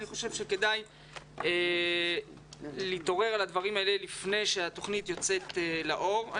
אני חושב שכדאי להתעורר על הדברים האלה לפני שהתוכנית יוצאת לאור.